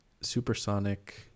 Supersonic